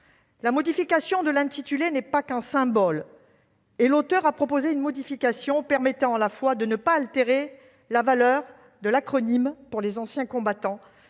La modification de l'intitulé n'est pas qu'un symbole. L'auteure a proposé une modification qui tend, à la fois, à ne pas altérer la valeur de l'acronyme pour les anciens combattants